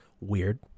weird